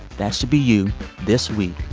that should be you this week.